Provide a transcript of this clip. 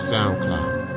SoundCloud